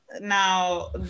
now